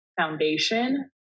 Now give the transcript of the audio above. foundation